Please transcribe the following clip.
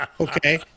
Okay